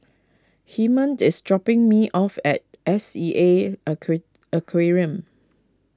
Hymen is dropping me off at S E A Aquarium